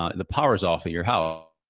ah the power's off at your house.